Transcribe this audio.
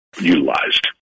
utilized